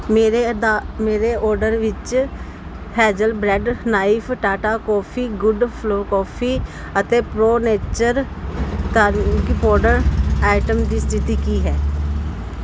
ਮੇਰੇ ਅਡਾ ਮੇਰੇ ਓਡਰ ਵਿੱਚ hazel bread knife Tata coffee good flow coffee ਅਤੇ pro nature turmeric powder item ਦੀ ਸਥਿਤੀ ਕੀ ਹੈ